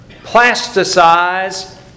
plasticize